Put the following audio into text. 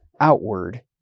outward